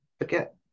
Forget